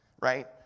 right